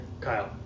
Kyle